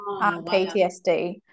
PTSD